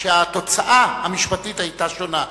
והתוצאה המשפטית היתה שונה.